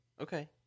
Okay